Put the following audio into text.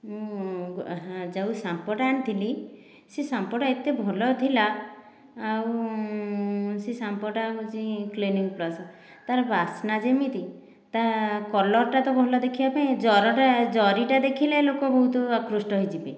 ମୁଁ ଯେଉଁ ସମ୍ପୋଟା ଆଣିଥିଲି ସେ ସମ୍ପୋଟା ଏତେ ଭଲ ଥିଲା ଆଉ ସେ ସମ୍ପୋଟା ହେଉଛି କ୍ଲିନିକ୍ ପ୍ଲସ୍ ତାର ବାସନା ଯେମିତି ତା କଲରଟା ତ ଭଲ ଦେଖିବା ପାଇଁ ଜରଟା ଜରିଟା ଦେଖିଲେ ଲୋକ ବହୁତ ଆକୃଷ୍ଟ ହୋଇଯିବେ